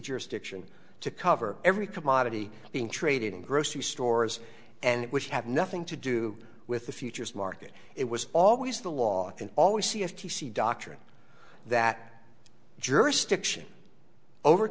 jurisdiction to cover every commodity being traded in grocery stores and which have nothing to do with the futures market it was always the law and always see f t c doctrine that jurisdiction over